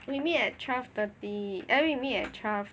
we meet at twelve thirty I mean we meet at twelve